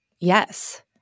yes